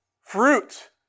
fruit